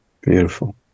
Beautiful